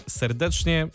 serdecznie